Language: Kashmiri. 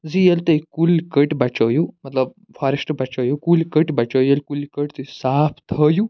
زِ ییٚلہِ تۄہہِ کُلۍ کٔٹۍ بچٲیِو مطلب فارٮ۪شٹ بچٲیِو کُلۍ کٔٹۍ بچٲیِو ییٚلہِ کُلۍ کٔٹۍ تُہۍ صاف تھٲیِو